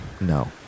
No